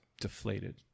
deflated